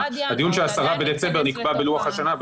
הדיון של 10 בדצמבר נקבע בלוח השנה,